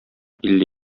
илле